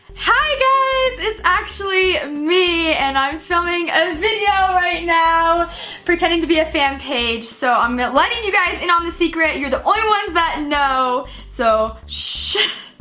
hi guys, it's actually me and i'm filming a video right now pretending to be a fan page so i'm letting you guys in on this secret. you're the only ones that know so shhh.